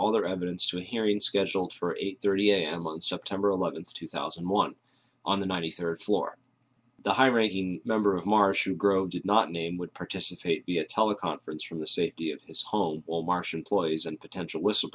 all their evidence to a hearing scheduled for eight thirty a m on september eleventh two thousand and one on the ninety third floor the high ranking member of marsha grove did not name would participate via teleconference from the safety of his home while marsh employees and potential